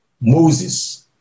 Moses